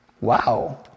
Wow